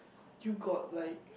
you got like